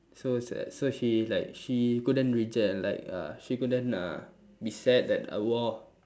so that so she like she couldn't reject and like uh she couldn't uh be sad that I wore